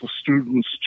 students